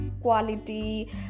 quality